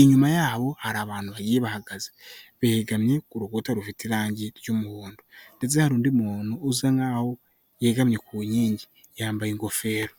inyuma yabo hari abantu bagiye bahagaze begamye ku rukuta rufite irangi ry'umuhondo ndetse hari undi muntu usa nkaho yegamye ku nkingi yambaye ingofero.